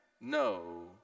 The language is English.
no